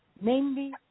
Namely